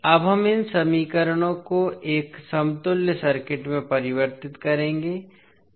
अब हम इन समीकरणों को एक समतुल्य सर्किट में परिवर्तित करेंगे